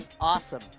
awesome